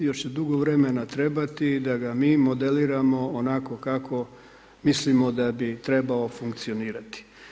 Još će dugo vremena trebati da ga mi modeliramo onako kako mislimo da bi trebao funkcionirati.